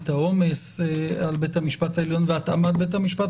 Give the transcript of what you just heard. העומס על בית המשפט העליון והתאמת בית המשפט